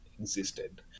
existed